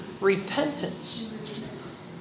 repentance